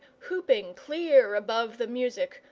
whooping clear above the music,